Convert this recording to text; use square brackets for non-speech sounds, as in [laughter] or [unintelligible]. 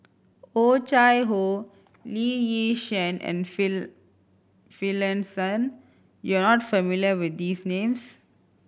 Oh Chai Hoo Lee Yi Shyan and [unintelligible] Finlayson you are not familiar with these names